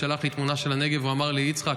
הוא שלח לי תמונה של הנגב ואמר לי: יצחק,